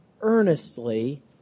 earnestly